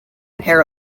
pair